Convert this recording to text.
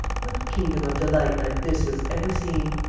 what kingdom of delight like this was ever seen?